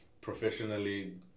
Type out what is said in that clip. professionally